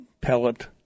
pellet